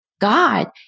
God